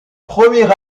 premier